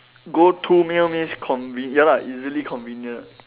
go to meal means conven~ ya lah easily convenient